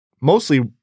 mostly